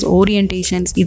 orientations